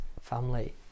family